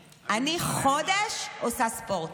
חודש הופך לצמחוני,